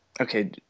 okay